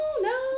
no